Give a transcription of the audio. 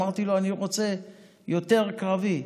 אמרתי לו: אני רוצה יותר קרבי.